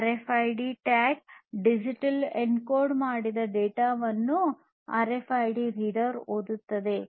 RFID tag digital encode ಮಾಡಿದ ಡೇಟಾವನ್ನು RFID reader ಓದುತ್ತದೆ